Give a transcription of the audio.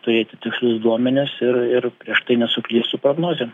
turėti tikslius duomenis ir ir prieš tai nesuklyst su prognozėm